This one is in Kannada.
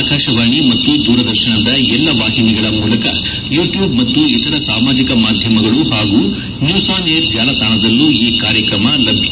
ಆಕಾಶವಾಣಿ ಮತ್ತು ದೂರದರ್ಶನದ ಎಲ್ಲಾ ವಾಹಿನಿಗಳ ಮೂಲಕ ಯೂಟ್ಯೂಬ್ ಮತ್ತು ಇತರ ಸಾಮಾಜಿಕ ಮಾಧ್ಯಮಗಳು ಹಾಗೂ ನ್ಯೂಸ್ ಆನ್ ಏರ್ ಜಾಲತಾಣದಲ್ಲೂ ಈ ಕಾರ್ಯಕ್ರಮ ಲಭ್ಯ